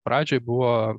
pradžioj buvo